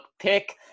pick